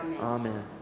Amen